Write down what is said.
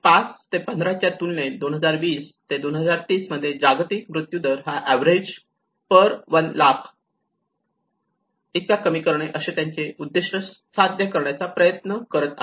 5 ते 15 च्या तुलनेत 2020 आणि 2030 मध्ये जागतिक मृत्युदर हा अवरेज पर 1 लाख इतका कमी करणे असे त्यांचे उद्दिष्ट साध्य करण्याचा ते प्रयत्न करत आहे